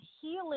healing